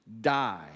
die